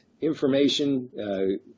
information